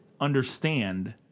understand